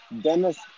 Dennis